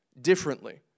differently